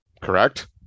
correct